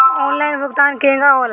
Online भुगतान केगा होला?